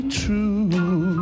true